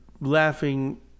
laughing